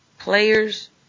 Players